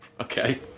Okay